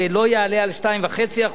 לא יעלה על 2.5%,